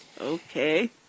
Okay